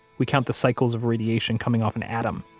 we count the cycles of radiation coming off an atom.